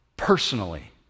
personally